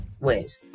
ways